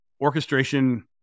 orchestration